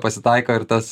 pasitaiko ir tas